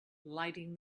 lighting